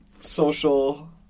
social